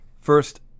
first